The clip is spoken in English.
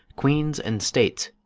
queens, and states,